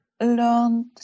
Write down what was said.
learned